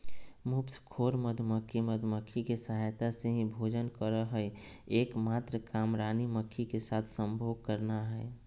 मुफ्तखोर मधुमक्खी, मधुमक्खी के सहायता से ही भोजन करअ हई, एक मात्र काम रानी मक्खी के साथ संभोग करना हई